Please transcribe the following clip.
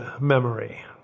memory